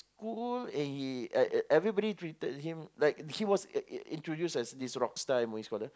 school and he e~ e~ everybody greeted him like he was in~ in~ introduced as this rock star M_O_E scholar